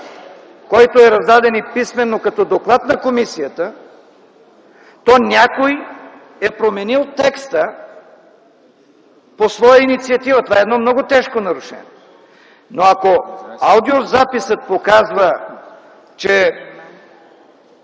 който е раздаден и писмено като доклад на комисията, то някой е променил текста по своя инициатива. Това е едно много тежко нарушение. Но ако аудиозаписът показва, че